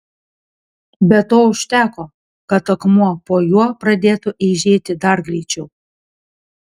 bet to užteko kad akmuo po juo pradėtų eižėti dar greičiau